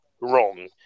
wrong